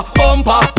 bumper